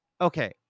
okay